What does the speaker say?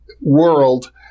world